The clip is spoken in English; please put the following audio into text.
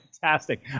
fantastic